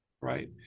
right